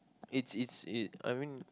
it's it's it I mean